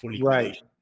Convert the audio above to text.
Right